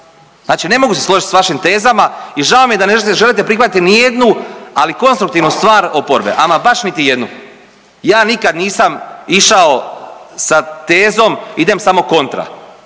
Znači ne mogu se složit s vašim tezama i žao mi je da ne želite prihvatiti nijednu, ali konstruktivnu stvar oporbe, ama baš niti jednu. Ja nikad nisam išao sa tezom idem samo kontra.